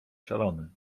szalony